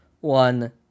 one